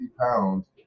pounds